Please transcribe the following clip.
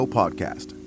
podcast